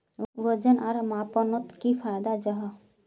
वजन आर मापनोत की फायदा जाहा?